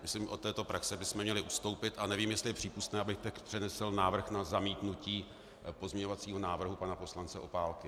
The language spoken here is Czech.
Myslím, od této praxe bychom měli ustoupit, a nevím, jestli je přípustné, abych teď přenesl návrh na zamítnutí pozměňovacího návrhu pana poslance Opálky.